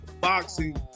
boxing